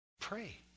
Pray